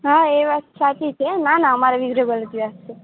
હા એ વાત સાચી છે ના ના અમારે રીઝનેબલ જ વ્યાજ છે